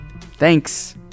Thanks